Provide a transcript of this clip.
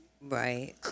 right